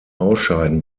ausscheiden